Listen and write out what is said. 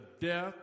death